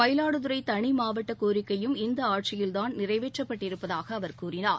மயிலாடுதுறை தனி மாவட்ட கோரிக்கையும் இந்த ஆட்சியில்தான் நிறைவேற்றப்பட்டிருப்பதாக அவர் கூறினார்